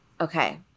Okay